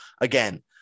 again